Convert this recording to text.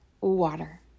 water